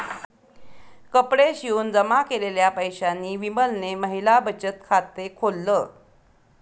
कपडे शिवून जमा केलेल्या पैशांनी विमलने महिला बचत खाते खोल्ल